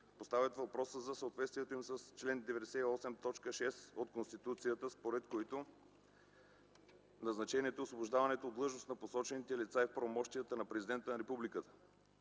поставят въпроси за съответствието им с чл. 98, т. 6 от Конституцията, според които назначаването и освобождаването от длъжност на посочените лица е в правомощията на президента на републиката.